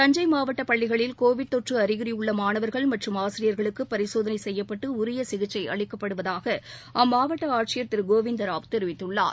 தஞ்சை மாவட்ட பள்ளிகளில் கோவிட் தொற்று அழிகுறி உள்ள மாணவர்கள் மற்றும் ஆசிரியர்களுக்கு பரிசோதனை செய்யப்பட்டு உரிய சிகிச்சை அளிக்கப்படுவதாக அம்மாவட்ட ஆட்சியர் திரு கோவிந்தராவ் தெரிவித்துள்ளார்